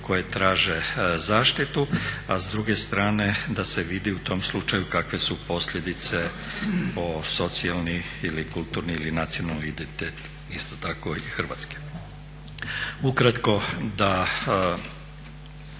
koje traže zaštitu, a s druge strane da se vidi u tom slučaju kakve su posljedice po socijalni ili kulturni ili nacionalni identitet, isto tako i Hrvatske. Ukratko da